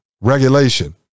regulation